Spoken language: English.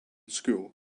school